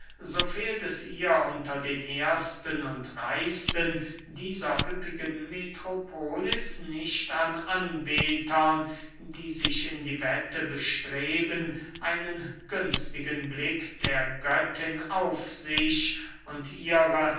es ihr unter den ersten und reichsten dieser üppigen metropolis nicht an anbetern die sich in die wette bestreben einen günstigen blick der göttin auf sich und ihre